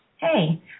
hey